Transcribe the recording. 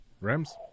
Rams